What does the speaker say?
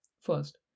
First